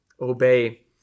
obey